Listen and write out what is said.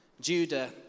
Judah